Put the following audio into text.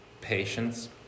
patience